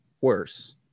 worse